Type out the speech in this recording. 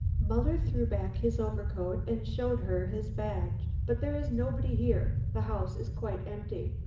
muller threw back his overcoat and showed her his badge. but there is nobody here, the house is quite empty.